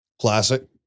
Classic